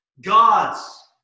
God's